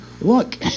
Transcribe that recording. Look